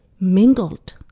mingled